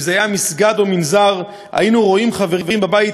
אם זה היה מסגד או מנזר היינו רואים חברים בבית